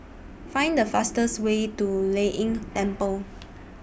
Find The fastest Way to Lei Yin Temple